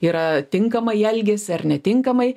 yra tinkamai elgiasi ar netinkamai